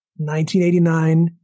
1989